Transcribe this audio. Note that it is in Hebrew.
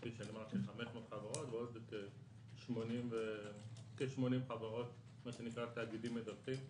כפי שאמרתי 500 חברות ועוד כ-80 חברות מה שנקרא תאגידים מדווחים.